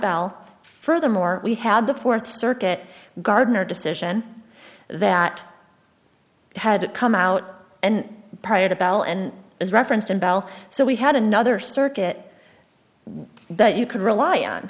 bell furthermore we had the th circuit gardner decision that had come out and prior to bell and as referenced in bell so we had another circuit that you could rely on